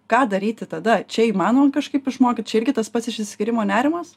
ką daryti tada čia įmanoma kažkaip išmokyt čia irgi tas pats išsiskyrimo nerimas